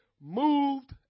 moved